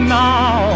now